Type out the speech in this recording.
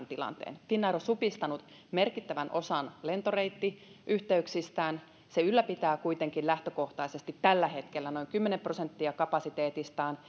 tilanteen finnair on supistanut merkittävän osan lentoreittiyhteyksistään se ylläpitää kuitenkin lähtökohtaisesti tällä hetkellä noin kymmenen prosenttia kapasiteetistaan